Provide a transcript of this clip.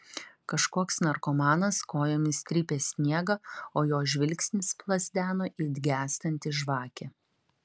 kažkoks narkomanas kojomis trypė sniegą o jo žvilgsnis plazdeno it gęstanti žvakė